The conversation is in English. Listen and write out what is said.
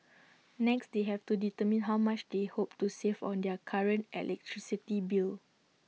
next they have to determine how much they hope to save on their current electricity bill